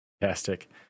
fantastic